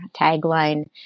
tagline